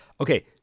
Okay